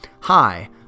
Hi